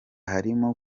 harimo